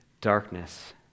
darkness